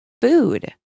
food